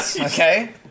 Okay